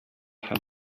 had